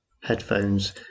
headphones